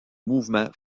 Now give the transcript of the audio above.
mouvement